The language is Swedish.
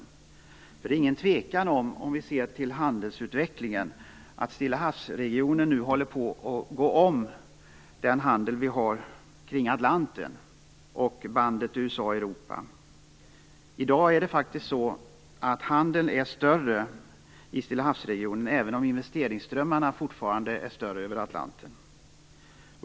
Om vi ser till handelsutvecklingen är det ingen tvekan om att handeln i Stillahavsregionen nu håller på att gå om den handel som sker kring I dag är handeln större i Stillahavsregionen, även om investeringsströmmarna över Atlanten fortfarande är större.